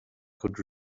could